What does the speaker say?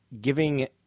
giving